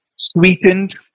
Sweetened